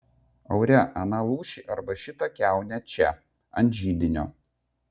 aure aną lūšį arba šitą kiaunę čia ant židinio